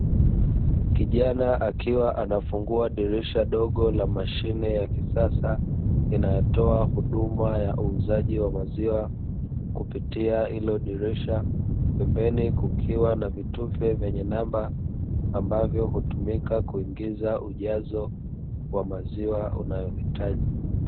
Kijana akiwa anafungua dirisha dogo la mashine ya kisasa, inayotoa huduma ya uuzaji wa maziwa, kupitia hilo dirisha, pembeni kukiwa na vitufe vyenye namba, ambavyo hutumika kuingiza ujazo wa maziwa unayohitaji.